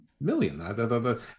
million